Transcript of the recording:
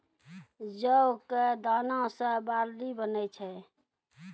जौ कॅ दाना सॅ बार्ली बनै छै